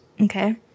Okay